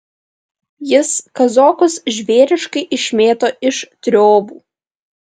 jis kazokus žvėriškai išmėto iš triobų